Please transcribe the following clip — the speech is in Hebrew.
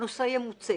הנושא ימוצה.